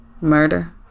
Murder